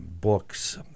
books